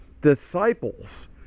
disciples